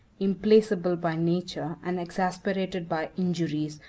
implacable by nature, and exasperated by injuries,